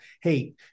hey